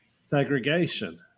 segregation